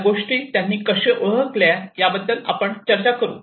या गोष्टी त्यांनी कसे ओळखले याबद्दल आपण चर्चा करू